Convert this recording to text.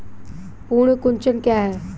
पर्ण कुंचन क्या है?